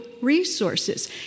resources